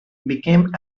became